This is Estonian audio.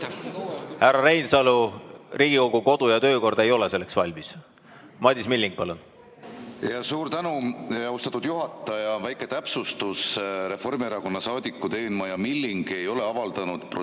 Reinsalu, Riigikogu kodu- ja töökord ei ole selleks valmis. Madis Milling, palun! Suur tänu, austatud juhataja! Väike täpsustus: Reformierakonna liikmed Eenmaa ja Milling ei ole avaldanud protesti